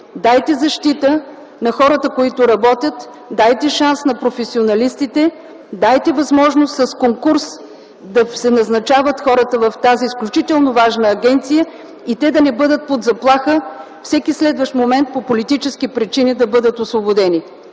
Дайте защита на хората, които работят! Дайте шанс на професионалистите, дайте възможност с конкурс да се назначават хората в тази изключително важна агенция и те да не бъдат под заплаха всеки следващ момент по политически причини да бъдат освободени!